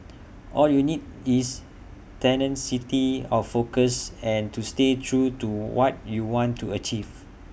all you need is tenacity of focus and to stay true to what you want to achieve